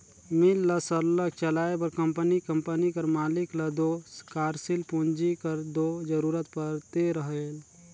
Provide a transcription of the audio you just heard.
मील ल सरलग चलाए बर कंपनी कंपनी कर मालिक ल दो कारसील पूंजी कर दो जरूरत परते रहेल